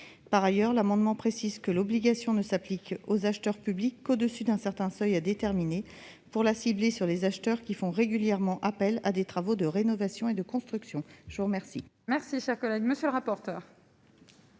par ailleurs, l'amendement précise que l'obligation ne s'applique aux acheteurs publics au-dessus d'un certain seuil, à déterminer pour la cibler sur les acheteurs qui font régulièrement appel à des travaux de rénovation et de construction, je vous remercie. Merci, chers collègues, monsieur le rapporteur.